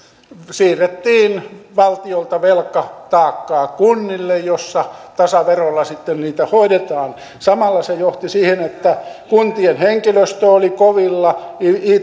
siirrettiin valtiolta velkataakkaa kunnille joissa tasaverolla sitten niitä hoidetaan samalla se johti siihen että kuntien henkilöstö oli kovilla